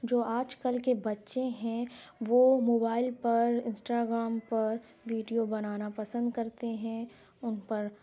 جو آج کل کے بچے ہیں وہ موبائل پر انسٹاگرام پر ویڈیو بنانا پسند کرتے ہیں اُن پر